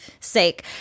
sake